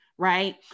right